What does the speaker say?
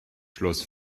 schloss